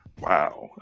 wow